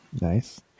Nice